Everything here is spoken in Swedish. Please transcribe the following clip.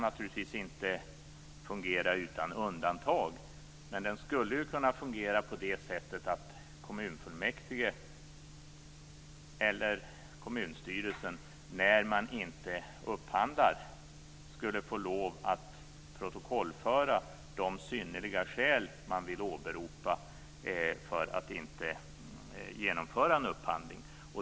Naturligtvis kan den inte fungera utan undantag men den skulle kunna fungera på det sättet att kommunfullmäktige eller kommunstyrelsen när man inte upphandlar skulle få lov att protokollföra de synnerliga skäl som man vill åberopa för att inte genomföra en upphandling.